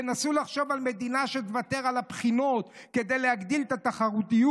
תנסו לחשוב על מדינה שתוותר על הבחינות כדי להגדיל את התחרותיות.